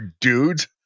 dudes